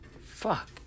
Fuck